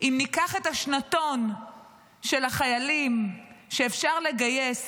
אם ניקח את השנתון של החיילים שאפשר לגייס